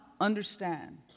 understand